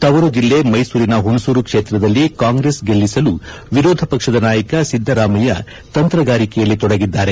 ತವರು ಜಿಲ್ಲೆ ಮೈಸೂರಿನ ಹುಣಸೂರು ಕ್ಷೇತ್ರದಲ್ಲಿ ಕಾಂಗ್ರೆಸ್ ಗೆಲ್ಲಿಸಲು ವಿರೋಧ ಪಕ್ಷದ ನಾಯಕ ಸಿದ್ದರಾಮಯ್ಯ ತಂತ್ರಗಾರಿಕೆಯಲ್ಲಿ ತೊಡಗಿದ್ದಾರೆ